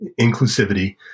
inclusivity